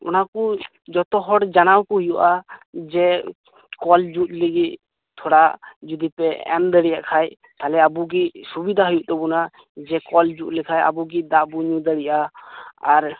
ᱚᱱᱟ ᱠᱚ ᱡᱚᱛᱚ ᱦᱚᱲ ᱡᱟᱱᱟᱣ ᱠᱚ ᱦᱩᱭᱩᱜᱼᱟ ᱡᱮ ᱠᱚᱞ ᱡᱩᱫ ᱞᱟᱹᱜᱤᱫ ᱛᱷᱚᱲᱟ ᱡᱩᱫᱤᱯᱮ ᱮᱢ ᱫᱟᱲᱮᱭᱟᱜ ᱠᱷᱟᱡ ᱛᱟᱦᱚᱞᱮ ᱟᱵᱚ ᱜᱮ ᱥᱩᱵᱤᱫᱟ ᱦᱩᱭᱩᱜ ᱛᱟᱵᱚᱱᱟ ᱡᱮ ᱠᱚᱞ ᱡᱩᱜ ᱞᱮᱠᱷᱟᱡ ᱟᱵᱚ ᱜᱮ ᱫᱟᱜ ᱵᱚᱱ ᱧᱩ ᱫᱟᱲᱮᱭᱟᱜᱼᱟ ᱟᱨ